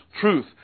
truth